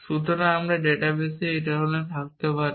সুতরাং আমি ডাটাবেস এই ধরনের থাকতে পারে